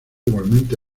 igualmente